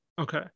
Okay